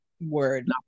word